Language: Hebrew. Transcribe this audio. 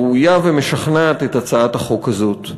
ראויה ומשכנעת את הצעת החוק הזו.